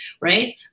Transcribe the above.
right